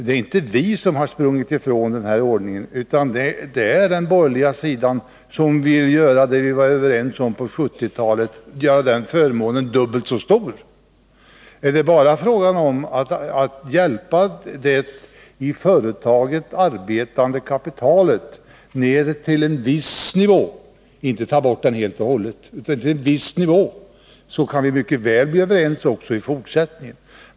Det är inte vi som har sprungit ifrån denna ordning, utan det är den borgerliga sidan, som vill göra den förmån vi var överens om på 1970-talet dubbelt så stor. Är det bara fråga om att hjälpa beskattningen av det i företaget arbetande kapitalet ner till en viss nivå — inte ta bort beskattningen helt och hållet — då kan vi mycket väl bli överens också i fortsättningen.